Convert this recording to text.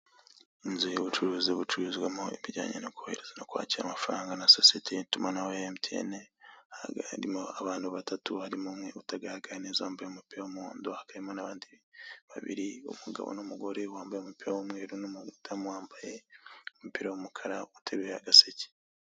Inzu y'ubucuruzi bucururizwamo ibijyanye no kohereza no kwakira amafaranga na sosiyete y'itumanaho ya emutiyene, hakaba harimo abagabo batatu, harimo umwe utagaragara neza wambaye umupira w'umuhondo, hakaba harimo n'abandi babiri, umugabo n'umugore wambaye umupira w'umweru n'umuntu muto wambaye umupira w'umukara uteruye agaseke.